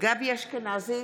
גבי אשכנזי,